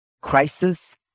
crisis